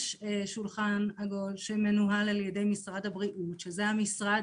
יש שולחן עגול שמנוהל על ידי משרד הבריאות שהוא המשרד